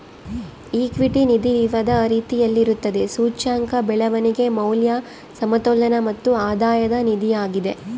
equity ನಿಧಿ ವಿವಿಧ ರೀತಿಯಲ್ಲಿರುತ್ತದೆ, ಸೂಚ್ಯಂಕ, ಬೆಳವಣಿಗೆ, ಮೌಲ್ಯ, ಸಮತೋಲನ ಮತ್ತು ಆಧಾಯದ ನಿಧಿಯಾಗಿದೆ